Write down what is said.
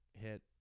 hit